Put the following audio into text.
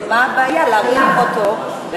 מה הבעיה להרחיב אותו,